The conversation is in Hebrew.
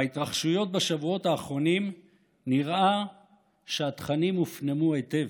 מההתרחשויות בשבועות האחרונים נראה שהתכנים הופנמו היטב.